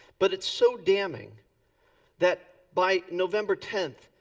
but it's so damning that by november tenth,